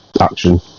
action